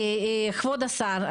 כבוד השר,